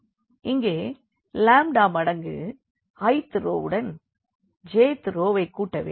இங்கே லாம்டா மடங்கு j thரோ வுடன் i thரோ வைக் கூட்ட வேண்டும்